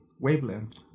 wavelength